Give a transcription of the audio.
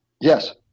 yes